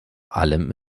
allem